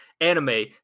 anime